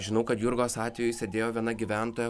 žinau kad jurgos atveju sėdėjo viena gyventoja